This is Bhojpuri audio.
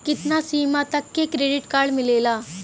कितना सीमा तक के क्रेडिट कार्ड मिलेला?